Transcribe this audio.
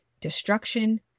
destruction